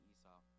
Esau